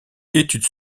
études